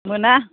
मोना